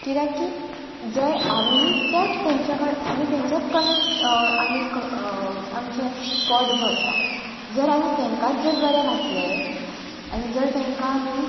कित्याक की जर आमी त्यात तेंच्या कडेन आमी तेंच्याच कडल्यान आमी आमचें पोट भरता जर आमी तेंकाच जर बरें घातले आनी जर तेंकां आमी